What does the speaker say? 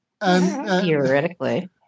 Theoretically